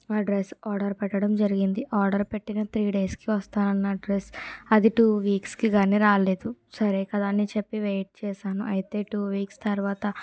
ఆ dress order పెట్టడం జరిగింది ఆర్డర్ పెట్టిన త్రీ డేస్కి వస్తానన్న డ్రెస్ అది టూ వీక్స్కి కాని రాలేదు సరే కదా అని చెప్పి వెయిట్ చేశాను అయితే టూ వీక్స్ తర్వాత